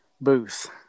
booth